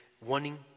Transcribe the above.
wanting